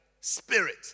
spirit